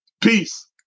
Peace